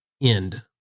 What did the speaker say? end